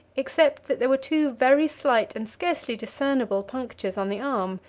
except that there were two very slight and scarcely discernible punctures on the arm,